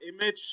image